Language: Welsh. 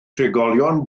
trigolion